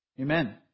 Amen